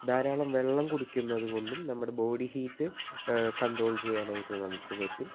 ധാരാളം വെള്ളം കുടിക്കുന്നത് കൊണ്ട് നമ്മുടെ ബോഡി ഹീറ്റ് കണ്ട്രോൾ ചെയ്യാനായിട്ട് നമുക്ക് പറ്റും